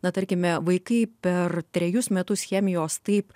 na tarkime vaikai per trejus metus chemijos taip